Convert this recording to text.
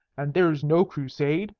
and there's no crusade